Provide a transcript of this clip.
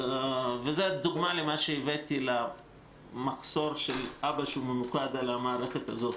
זאת דוגמה למחסור של --- שממוקד על המערכת הזאת.